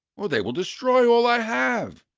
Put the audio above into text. or they will destroy all i have.